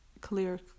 clear